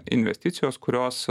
investicijos kurios